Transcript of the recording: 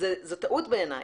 זאת טעות, בעיניי.